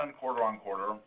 quarter-on-quarter